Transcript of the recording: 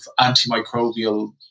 antimicrobial